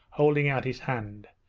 holding out his hand.